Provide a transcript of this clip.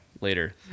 later